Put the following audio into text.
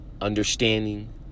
understanding